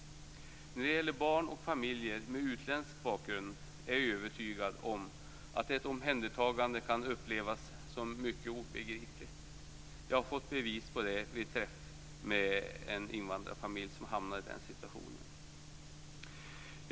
När det gäller barn och familjer med utländsk bakgrund är jag övertygad om att ett omhändertagande kan upplevas som mycket obegripligt. Jag har fått bevis för det vid en träff med en invandrarfamilj som hamnat i denna situation.